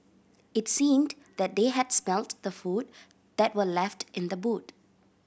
it seemed that they had smelt the food that were left in the boot